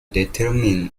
determine